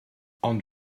ond